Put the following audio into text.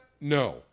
No